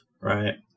Right